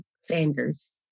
Sanders